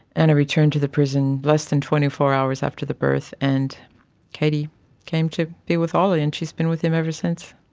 anna returned to the prison less than twenty four hours after the birth and katie came to be with ollie and she has been with him ever since.